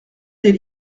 des